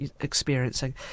experiencing